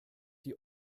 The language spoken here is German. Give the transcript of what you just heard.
die